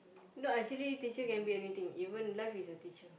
no actually teacher can be anything even life is a teacher